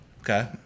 Okay